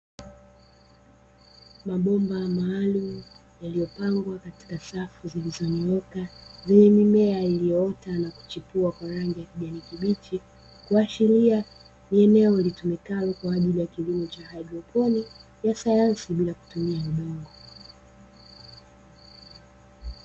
Mabomba maalumu yaliyopangwa katika safu zilizonyooka, zenye mimea iliyoota na kuchipua kwa rangi ya kijani kibichi. Kuashiria ni eneo litumikalo kwa ajili ya kilimo cha haidroponi ya sayansi bila kutumia udongo.